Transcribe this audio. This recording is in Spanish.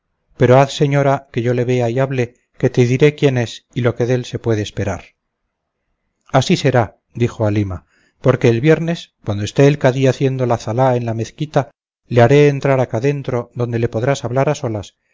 pero haz señora que yo le vea y hable que te diré quién es y lo que dél se puede esperar así será dijo halima porque el viernes cuando esté el cadí haciendo la zalá en la mezquita le haré entrar acá dentro donde le podrás hablar a solas